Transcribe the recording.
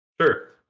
sure